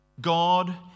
God